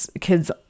kids